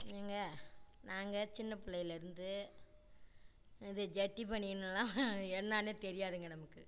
ஏங்க நாங்கள் சின்ன பிள்ளையிலருந்து இது ஜட்டி பனியன் எல்லாம் என்னன்னே தெரியாதுங்க நமக்கு